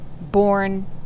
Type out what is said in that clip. born